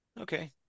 Okay